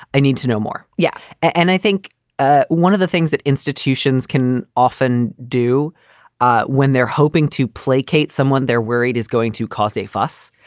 i need to know more. yeah. and i think ah one of the things that institutions can often. do ah when they're hoping to placate someone they're worried is going to cause a fuss.